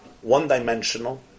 one-dimensional